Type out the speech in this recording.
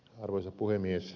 arvoisa puhemies